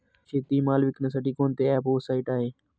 शेतीमाल विकण्यासाठी कोणते ॲप व साईट आहेत?